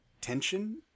tension